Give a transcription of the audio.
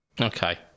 Okay